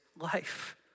life